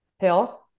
pill